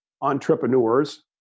entrepreneurs